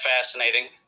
fascinating